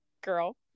girl